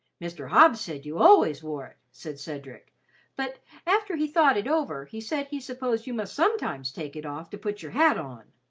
mr. hobbs said you always wore it, said cedric but after he thought it over, he said he supposed you must sometimes take it off to put your hat on.